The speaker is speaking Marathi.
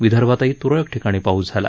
विदर्भातही त्रळक ठिकाणी पाऊस झाला